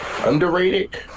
Underrated